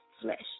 flesh